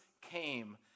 came